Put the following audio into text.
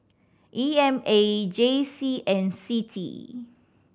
E M A J C and C T E